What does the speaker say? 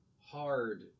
hard